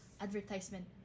advertisement